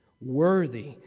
Worthy